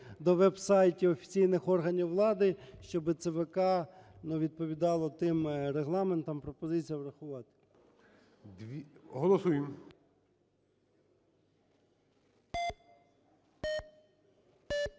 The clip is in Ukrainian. до веб-сайтів офіційних органів влади, щоби ЦВК, ну, відповідало тим регламентам. Пропозиція врахувати. ГОЛОВУЮЧИЙ.